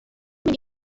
mynd